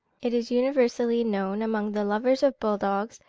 it is universally known amongst the lovers of bull-dogs,